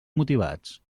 motivats